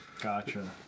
Gotcha